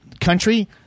country